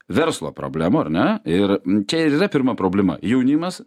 verslo problemų ar ne ir čia ir yra pirma problema jaunimas